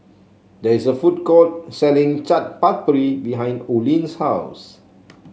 there is a food court selling Chaat Papri behind Oline's house